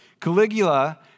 Caligula